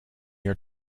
your